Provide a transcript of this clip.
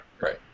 right